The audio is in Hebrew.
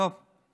טוב.